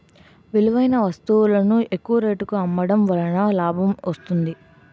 విలువైన వస్తువులను ఎక్కువ రేటుకి అమ్మడం వలన లాభం వస్తుంది